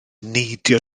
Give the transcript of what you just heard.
neidio